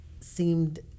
seemed